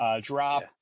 drop